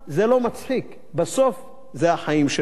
זה לא מצחיק, בסוף זה החיים שלנו.